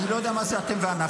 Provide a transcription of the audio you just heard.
אני לא יודע מה זה אתם ואנחנו,